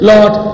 Lord